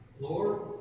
Lord